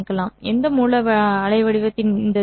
எந்த மூல அலைவடிவத்தின் இந்த சிதைவு